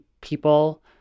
people